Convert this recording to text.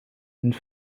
and